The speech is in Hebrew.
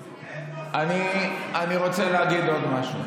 איפה, אני רוצה להגיד עוד משהו: